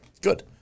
good